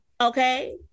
Okay